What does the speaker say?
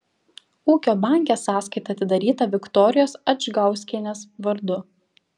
ūkio banke sąskaita atidaryta viktorijos adžgauskienės vardu